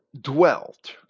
dwelt